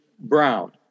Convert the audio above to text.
brown